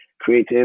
creative